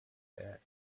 had